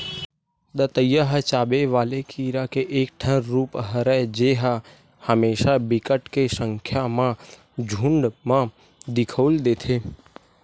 दतइया ह चाबे वाले कीरा के एक ठन रुप हरय जेहा हमेसा बिकट के संख्या म झुंठ म दिखउल देथे